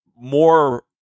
more